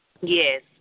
Yes